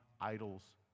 idols